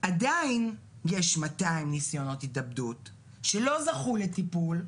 עדיין יש 200 ניסיונות התאבדות, שלא זכו לטיפול,